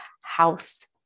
house